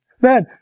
Man